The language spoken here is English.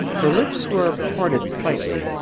her lips were parted slightly.